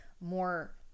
more